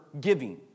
giving